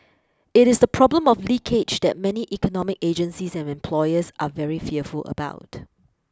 it is the problem of leakage that many economic agencies and employers are very fearful about